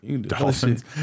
Dolphins